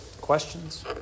questions